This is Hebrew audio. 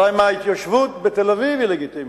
אלא אם ההתיישבות בתל-אביב היא לגיטימית,